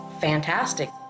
fantastic